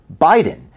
Biden